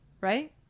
right